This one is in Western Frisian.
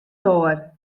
doar